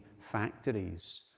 factories